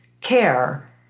care